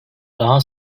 daha